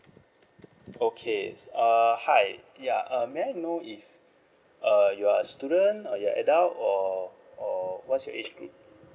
okay uh hi ya uh may I know if uh you're a student or you're adult or or what's your age group